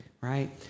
right